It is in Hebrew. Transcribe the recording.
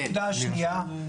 נקודה שנייה,